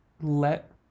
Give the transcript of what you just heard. let